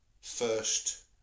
first